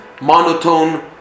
monotone